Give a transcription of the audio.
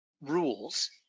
rules